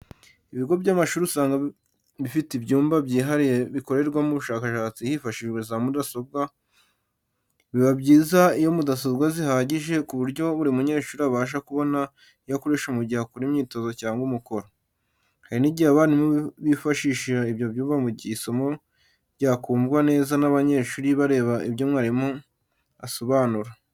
Ibigo by'amashuri usanga bifite ibyumba byihariye bikorerwamo ubushakashatsi hifashishijwe za mudasobwa. Biba byiza iyo mudasobwa zihagije ku buryo buri munyeshuri abasha kubona iyo akoresha mu gihe akora imyitozo cyangwa umukoro. Hari n'igihe abarimu bifashisha ibyo byumba mu gihe isomo ryakumvwa neza n'abanyeshuri bareba ibyo mwarimu asobanura.